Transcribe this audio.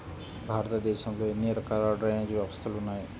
భారతదేశంలో ఎన్ని రకాల డ్రైనేజ్ వ్యవస్థలు ఉన్నాయి?